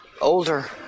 Older